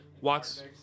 walks